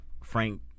Frank